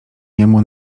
niemu